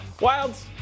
Wilds